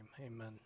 Amen